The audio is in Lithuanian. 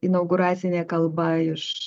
inauguracinė kalba iš